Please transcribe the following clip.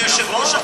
אדוני היושב-ראש,